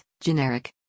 generic